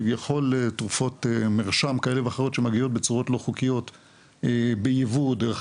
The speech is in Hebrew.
כביכול תרופות מרשם כאלה ואחרות שמגיעות בצורות לא חוקיות בייבוא דרך